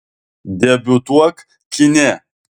debiutuok kine